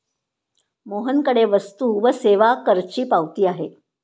मोहनकडे वस्तू व सेवा करची पावती आहे